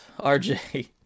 rj